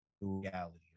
reality